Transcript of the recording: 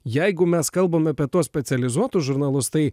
jeigu mes kalbam apie tuos specializuotus žurnalus tai